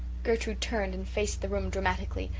gertrude turned and faced the room dramatically,